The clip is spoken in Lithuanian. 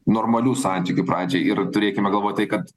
normalių santykių pradžiai ir turėkime galvoj tai kad